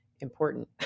important